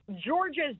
Georgia's